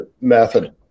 method